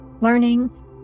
Learning